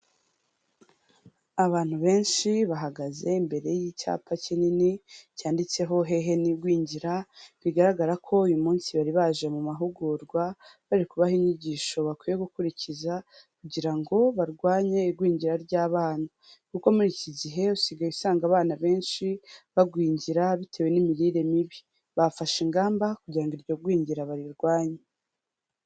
Abantu benshi bahagaze imbere y'icyapa kinini, cyanditseho hehe n'igwingira, bigaragara ko uyu munsi bari baje mu mahugurwa, bari kubaha inyigisho bakwiye gukurikiza, kugira ngo barwanye igwingira ry'abana. Kuko muri iki gihe usigaye usanga abana benshi bagwingira, bitewe n'imirire mibi. Bafashe ingamba kugira ngo iryo gwingira barirwanye.